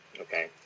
Okay